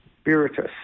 Spiritus